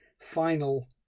final